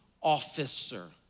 officer